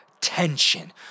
tension